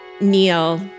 Neil